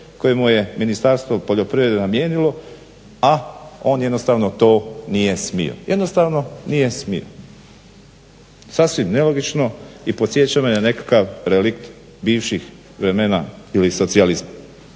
koje mu je ministarstvo poljoprivrede namijenilo a on jednostavno to nije smio. Jednostavno nije smio. Sasvim nelogično i podsjeća me na nekakav relikt bivših vremena ili socijalizma.